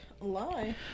lie